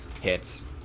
hits